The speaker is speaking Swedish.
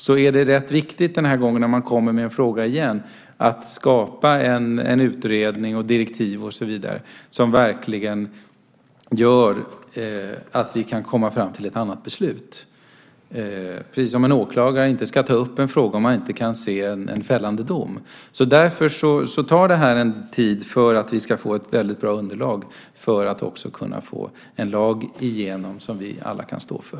Därför är det viktigt, när vi nu kommer med denna fråga igen, att vi skapar en utredning och tar fram direktiv som verkligen leder till att vi kan komma fram till ett annat beslut, precis som en åklagare inte ska ta upp ett fall om han inte tror att det kan bli en fällande dom. Därför tar det tid. Det handlar om att vi ska få ett bra underlag för att få igenom en lag som vi alla kan stå för.